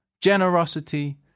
generosity